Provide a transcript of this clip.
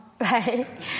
right